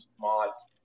mods